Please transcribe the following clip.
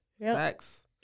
sex